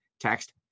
Text